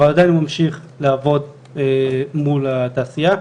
אבל עדיין הוא ממשיך לעבוד מול התעשייה.